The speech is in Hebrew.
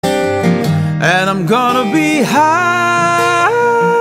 אנד איי בי היי